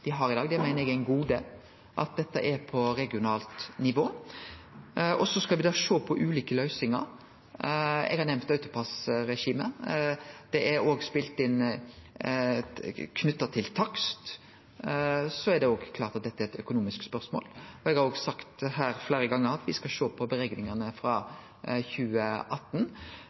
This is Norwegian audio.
har det i dag. Det at dette er på regionalt nivå, meiner eg er eit gode. Så skal me sjå på ulike løysingar. Eg har nemnt AutoPASS-regimet. Det er òg innspel knytte til takst. Så det er klart at dette er eit økonomisk spørsmål. Eg har sagt her fleire gonger at me skal sjå på berekningane frå 2018.